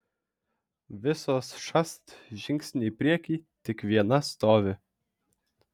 visos šast žingsnį į priekį tik viena stovi